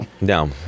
no